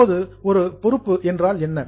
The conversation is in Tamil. இப்போது ஒரு லியாபிலிடி பொறுப்பு என்றால் என்ன